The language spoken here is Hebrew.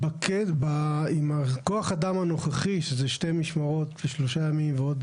עם כוח האדם הנוכחי שזה שתי משמרות בשלושה ימים ועוד